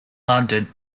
london